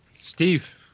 steve